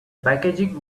packaging